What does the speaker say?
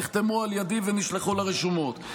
נחתמו על ידי ונשלחו לרשומות,